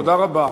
תודה רבה.